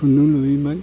खुन्दुं लुयोमोन